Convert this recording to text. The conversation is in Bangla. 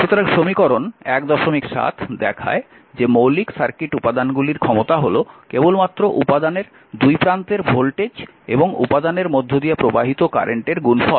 সুতরাং সমীকরণ 17 দেখায় যে মৌলিক সার্কিট উপাদানগুলির ক্ষমতা হল কেবলমাত্র উপাদানের দুইপ্রান্তের ভোল্টেজ এবং উপাদানের মধ্য দিয়ে প্রবাহিত কারেন্টের গুণফল